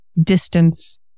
Distance